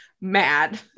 mad